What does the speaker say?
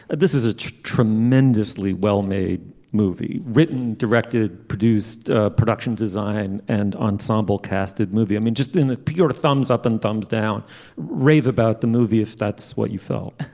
and this is a tremendously well-made movie written directed produced production design and ensemble casted movie i mean just in the pure thumbs up and thumbs down rave about the movie if that's what you felt